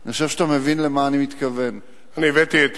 אני חושב שאתה מבין למה אני מתכוון.